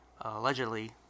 allegedly